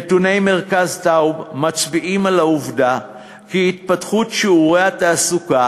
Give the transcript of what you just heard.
נתוני מרכז טאוב מצביעים על העובדה שהתפתחות שיעורי התעסוקה